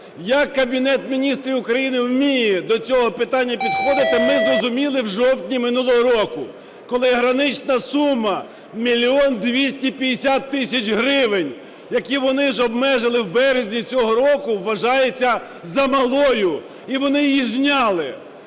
Як Кабінет Міністрів вміє до цього питання підходити, ми зрозуміли у жовтні минулого року, коли гранична сума 1 мільйон 250 тисяч гривень, які вони ж обмежили в березні цього року, вважається замалою, і вони її зняли.